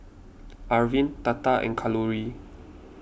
Arvind Tata and Kalluri